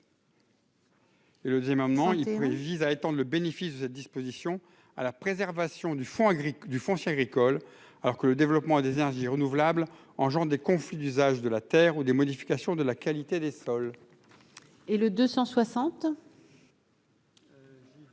Corbisez. Cet amendement vise à étendre le bénéfice de la disposition à la préservation du foncier agricole, alors que le développement des énergies renouvelables engendre des conflits d'usage de la terre ou des modifications de la qualité des sols. L'amendement